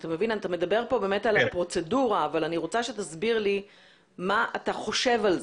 אתה מדבר פה על הפרוצדורה אבל אני רוצה שתסביר לי מה אתה חושב על זה.